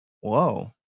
Whoa